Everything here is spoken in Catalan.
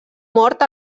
mort